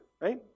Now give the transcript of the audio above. right